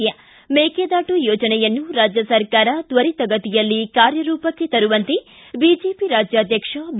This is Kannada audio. ಿ ಮೇಕೆದಾಟು ಯೋಜನೆಯನ್ನು ರಾಜ್ಯ ಸರ್ಕಾರ ತ್ವರಿತಗತಿಯಲ್ಲಿ ಕಾರ್ಯರೂಪಕ್ಕೆ ತರುವಂತೆ ಬಿಜೆಪಿ ರಾಜ್ಯಾಧ್ಯಕ್ಷ ಬಿ